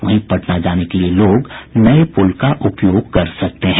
वहीं पटना जाने के लिए लोग नये पुल का उपयोग कर सकते हैं